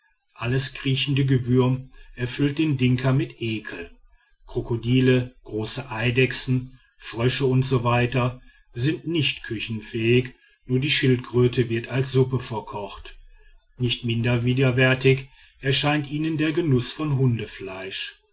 alles kriechende gewürm erfüllt den dinka mit ekel krokodile große eidechsen frösche usw sind nicht küchenfähig nur die schildkröte wird als suppe verkocht nicht minder widerwärtig erscheint ihnen der genuß von